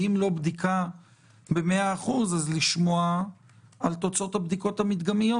ואם לא בדיקה במאה אחוז אז לשמוע על תוצאות הבדיקות המדגמיות.